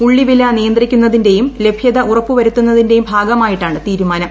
ഉള്ളിവില നിയന്ത്രിക്കുന്നതിന്റെയും ലഭ്യത ഉറപ്പു വരുത്തുന്നതിന്റെയും ഭാഗമായിട്ടാണ് തീരുമാനം